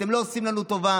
אתם לא עושים לנו טובה.